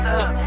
up